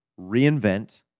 reinvent